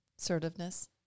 Assertiveness